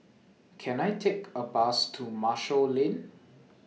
Can I Take A Bus to Marshall Lane